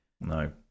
No